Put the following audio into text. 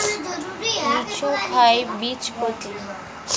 লিচু কয় বীজপত্রী?